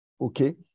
okay